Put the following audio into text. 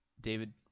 david